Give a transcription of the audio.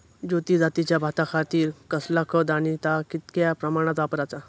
ज्योती जातीच्या भाताखातीर कसला खत आणि ता कितक्या प्रमाणात वापराचा?